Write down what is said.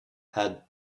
had